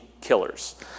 killers